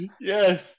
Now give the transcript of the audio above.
Yes